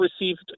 received